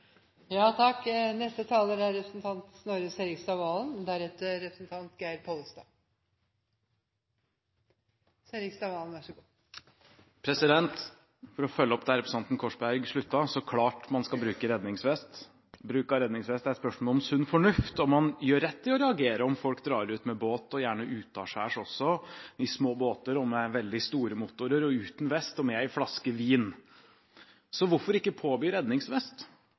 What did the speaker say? For å følge opp der representanten Korsberg sluttet: Så klart man skal bruke redningsvest. Bruk av redningsvest er et spørsmål om sunn fornuft, og man gjør rett i å reagere om folk drar ut, og gjerne utaskjærs også, i små båter med veldig store motorer, uten vest og med en flaske vin. Så hvorfor ikke påby redningsvest?